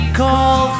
call